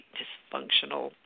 dysfunctional